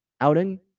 outing